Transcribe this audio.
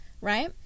right